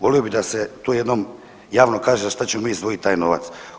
Volio bi da se to jednom javno kaže za šta ćemo mi izdvojit taj novac.